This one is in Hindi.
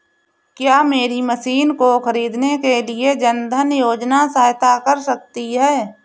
क्या मेरी मशीन को ख़रीदने के लिए जन धन योजना सहायता कर सकती है?